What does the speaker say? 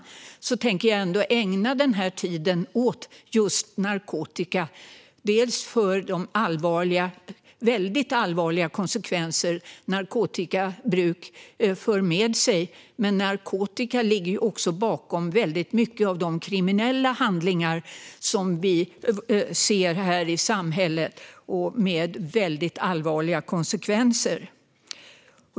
Jag tänker ändå ägna denna tid åt just narkotika, dels på grund av de väldigt allvarliga konsekvenser narkotikabruk för med sig, dels för att narkotika ligger bakom väldigt mycket av de kriminella handlingar som vi ser här i samhället, med väldigt allvarliga konsekvenser.